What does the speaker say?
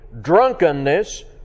drunkenness